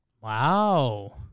Wow